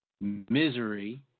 Misery